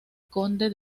conde